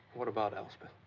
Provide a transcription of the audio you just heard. what about elspeth?